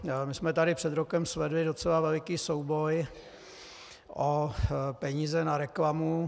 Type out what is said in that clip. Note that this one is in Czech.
My jsme tady před rokem svedli docela veliký souboj o peníze na reklamu.